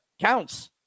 counts